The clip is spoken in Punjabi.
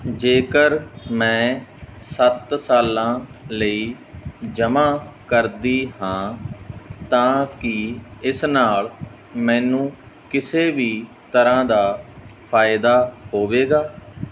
ਜੇਕਰ ਮੈਂ ਸੱਤ ਸਾਲਾਂ ਲਈ ਜਮ੍ਹਾਂ ਕਰਦੀ ਹਾਂ ਤਾਂ ਕੀ ਇਸ ਨਾਲ ਮੈਨੂੰ ਕਿਸੇ ਵੀ ਤਰ੍ਹਾਂ ਦਾ ਫਾਇਦਾ ਹੋਵੇਗਾ